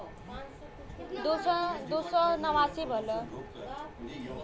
हमके एक लैपटॉप किस्त मे मिल जाई का?